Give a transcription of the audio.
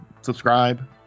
Subscribe